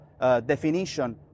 definition